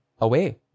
away